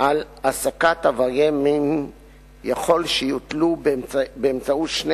על העסקת עברייני מין יכול שיוטלו באמצעות שני